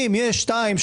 אם יש שניים,